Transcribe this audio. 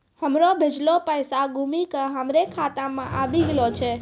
हमरो भेजलो पैसा घुमि के हमरे खाता मे आबि गेलो छै